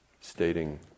stating